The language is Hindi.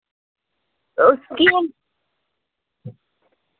उसकी